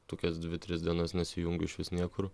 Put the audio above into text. tokias dvi tris dienas nesijungiu išvis niekur